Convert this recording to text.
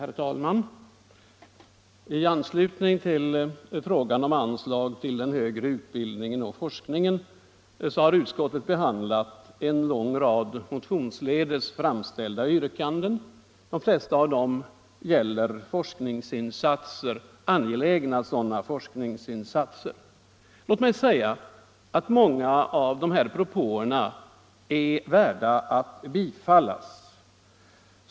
Herr talman! I anslutning till frågan om anslag till den högre utbildningen och forskningen har utskottet behandlat en lång rad motionsledes framställda yrkanden. De flesta av dem gäller angelägna forskningsinsatser. Många av dessa propåer är värda att bifallas.